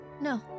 No